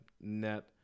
net